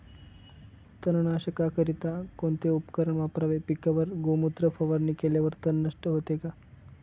तणनाशकाकरिता कोणते उपकरण वापरावे? पिकावर गोमूत्र फवारणी केल्यावर तण नष्ट होते का?